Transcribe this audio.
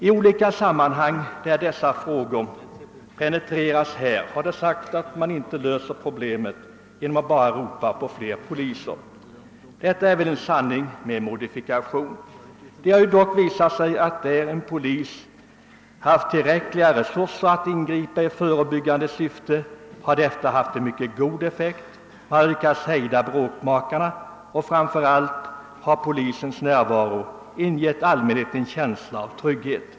I olika sammanhang, där dessa frågor penetreras, har det sagts, att man inte löser problemet genom att bara ropa på fier poliser. Det är väl en sanning med modifikation. Det har dock visat sig, att där polisen haft tillräckliga resurser att ingripa i förebyggande syfte har detta haft en mycket god effekt. Man har lyckats hejda bråkmakarna, och framför allt har polisens närvaro ingett allmänheten en känsla av trygghet.